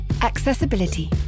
Accessibility